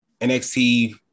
nxt